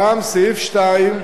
ברם, סעיף 2,